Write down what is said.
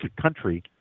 country